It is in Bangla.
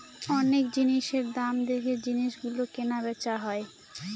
অনেক জিনিসের দাম দেখে জিনিস গুলো কেনা বেচা হয়